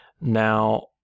Now